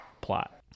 plot